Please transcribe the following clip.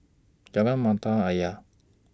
Jalan Mata Ayer